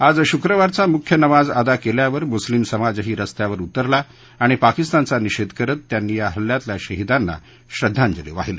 आज शुक्रवारचा मुख्य नमाज अदा केल्यावर मुस्लीम समाजही स्स्त्यावर उतरला आणि पाकिस्तानचा निषेध करत त्यांनी या हल्ल्यातल्या शहीदांना श्रद्वांजली वाहिली